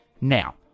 Now